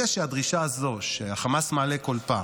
מהרגע שהדרישה הזאת, שחמאס מעלה כל פעם,